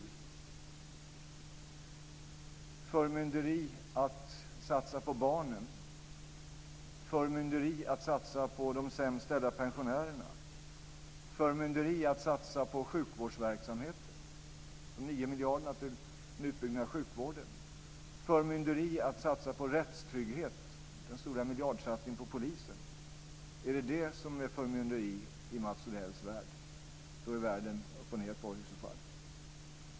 Det är förmynderi att satsa på barnen, förmynderi att satsa på de sämst ställda pensionärerna och förmynderi att satsa på sjukvårdsverksamheten - de 9 miljarderna till en utbyggnad av sjukvården. Det är förmynderi att satsa på rättstrygghet - den stora miljardsatsningen på polisen. Är det det som är förmynderi i Mats Odells värld? Då är världen i så fall uppochned.